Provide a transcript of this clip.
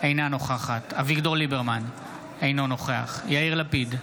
אינה נוכחת אביגדור ליברמן, אינו נוכח יאיר לפיד,